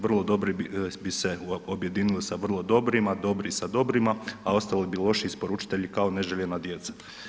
Vrlo dobri bi se objedinile sa vrlo dobrim, a dobri sa dobrima, a ostali bi loši isporučitelji kao neželjena djeca.